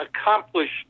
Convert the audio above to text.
accomplished